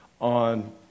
on